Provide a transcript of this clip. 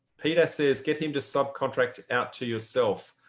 peter says, get him to subcontract out to yourself.